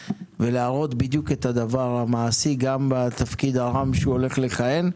ולהראות בדיוק את הדבר המעשי גם בתפקיד הרם שהוא הולך לכהן בו.